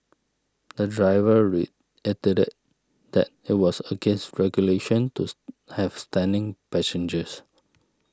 the driver reiterated that it was against regulations to have standing passengers